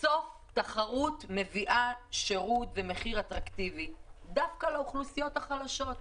בסוף תחרות מביאה שירות ומחיר אטרקטיבי דווקא לאוכלוסיות החלשות.